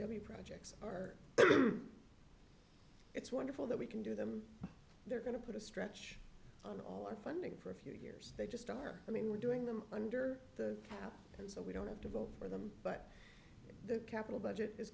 be projects or it's wonderful that we can do them they're going to put a stretch on all our funding for a few years they just are i mean we're doing them under the cap so we don't have to vote for them but the capital budget is